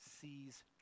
sees